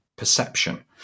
perception